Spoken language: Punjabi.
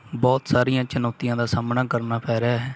ਬਹੁਤ ਸਾਰੀਆਂ ਚੁਨੌਤੀਆਂ ਦਾ ਸਾਹਮਣਾ ਕਰਨਾ ਪੈ ਰਿਹਾ ਹੈ